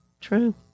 True